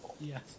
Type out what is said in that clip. Yes